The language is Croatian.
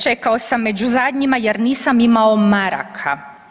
Čekao sam među zadnjima jer nisam imao maraka.